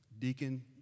deacon